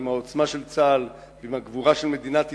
עם העוצמה של צה"ל ועם הגבורה של מדינת ישראל,